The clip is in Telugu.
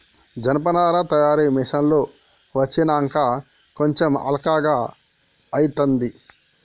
జనపనార తయారీ మిషిన్లు వచ్చినంక కొంచెం అల్కగా అయితాంది